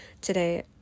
today